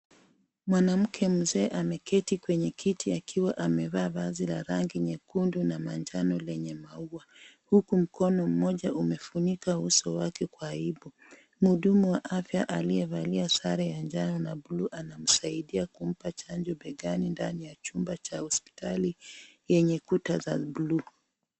Mwanamke mzee ameketi kwenye kiti akiwa amevaa vazi la rangi nyekundu na manjano lenye maua huku mkono mmoja umefunika uso wake kwa aibu , mhudumu wa agfya aliyevalia sare ya njano na bluu anamsaidia kumpa chanjo begani ndani ya chumba cha hospitali yenye kuta za bluu.